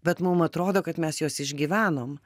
bet mum atrodo kad mes juos išgyvenom